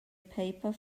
paper